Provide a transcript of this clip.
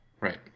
Right